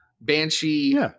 Banshee